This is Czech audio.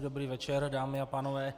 Dobrý večer, dámy a pánové.